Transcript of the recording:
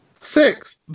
Six